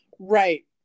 Right